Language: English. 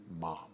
mom